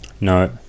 no